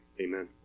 Amen